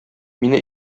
мине